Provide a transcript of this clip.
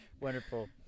wonderful